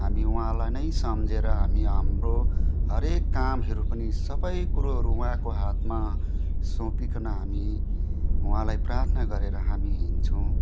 हामी उहाँलाई नै सम्झेर हामी हाम्रो हरेक कामहरू पनि सबै कुरोहरू उहाँको हातमा सुम्पिकन हामी उहाँलाई प्रार्थना गरेर हामी हिँड्छौँ